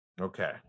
Okay